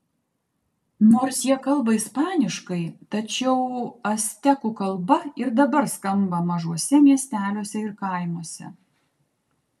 nors jie kalba ispaniškai tačiau actekų kalba ir dabar skamba mažuose miesteliuose ir kaimuose